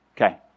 Okay